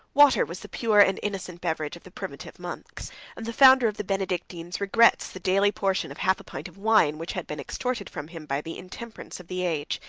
water was the pure and innocent beverage of the primitive monks and the founder of the benedictines regrets the daily portion of half a pint of wine, which had been extorted from him by the intemperance of the age.